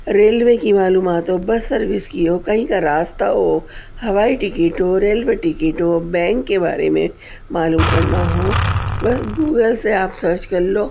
railway کی معلومات ہو بس سروس ہو کہیں کا راستہ ہو ہوائی ٹکٹ ہو ریلوے ٹکٹ ہو بینک کے بارے میں معلوم کرنا ہو بس گوگل سے آپ سرچ کرلو